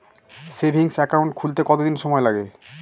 Savings account খুলতে কতদিন সময় লাগে?